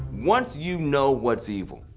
once you know what's evil,